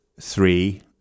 three